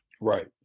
Right